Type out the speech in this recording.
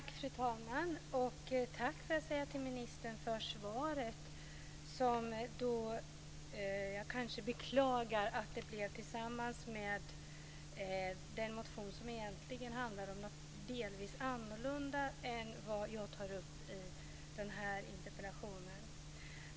Fru talman! Tack för svaret. Men jag beklagar att min interpellation besvarades tillsammans med en interpellation som delvis handlar om något annat än det som jag tar upp i min interpellation.